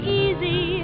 easy